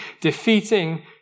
defeating